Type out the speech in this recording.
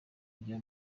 ryo